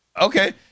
Okay